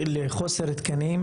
חוסר תקנים,